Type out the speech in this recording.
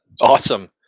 Awesome